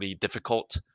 difficult